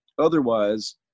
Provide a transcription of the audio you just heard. otherwise